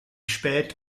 spät